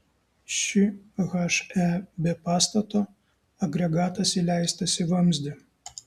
ši he be pastato agregatas įleistas į vamzdį